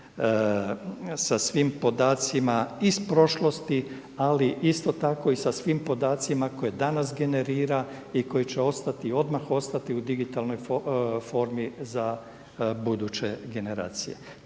sa svim podacima iz prošlosti, ali isto tako i sa svim podacima koje danas generira i koji će odmah ostati u digitalnoj formi za buduće generacije.